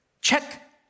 Check